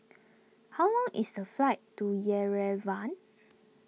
how long is the flight to Yerevan